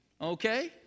Okay